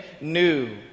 new